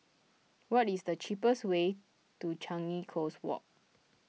what is the cheapest way to Changi Coast Walk